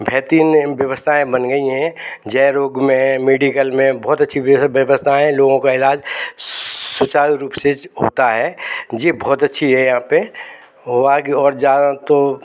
बेहतीन अ व्यवस्थाएँ बन गईं हैं जयरोग में मेडिकल में बहुत अच्छी व्यवस्थाएँ हैं लोगों का ईलाज सुचारू रूप से होता है ये बहुत अच्छी है यहाँ पर वाग और जा तो